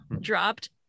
dropped